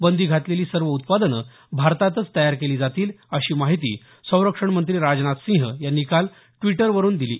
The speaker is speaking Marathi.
बंदी घातलेली सर्व उत्पादनं भारतातच तयार केली जातील अशी माहिती संरक्षण मंत्री राजनाथ सिंह यांनी काल ट्वीटरवरून दिली